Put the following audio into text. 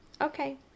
okay